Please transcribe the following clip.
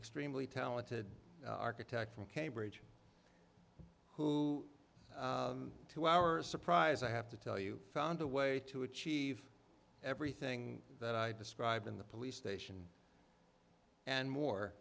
extremely talented architect from cambridge who to our surprise i have to tell you found a way to achieve everything that i described in the police station and more